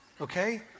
Okay